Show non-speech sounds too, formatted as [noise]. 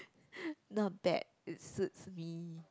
[noise] not bad it suits me